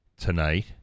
tonight